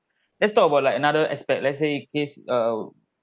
let's talk about like another aspect let's say case uh